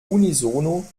unisono